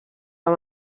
amb